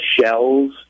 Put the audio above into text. Shells